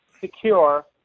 secure